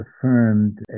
affirmed